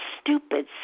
stupid